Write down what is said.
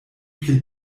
pli